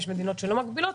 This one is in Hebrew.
יש מדינות שלא מגבילות,